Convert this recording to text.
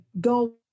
go